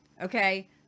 Okay